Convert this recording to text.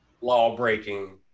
law-breaking